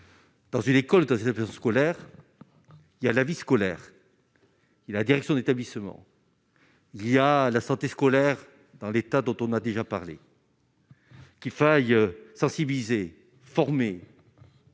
dans une école que très peu scolaire il y a la vie scolaire qui la direction de l'établissement, il y a la santé scolaire dans l'État dont on a déjà parlé qu'il faille, sensibiliser, former.